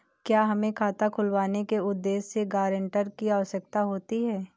क्या हमें खाता खुलवाने के उद्देश्य से गैरेंटर की आवश्यकता होती है?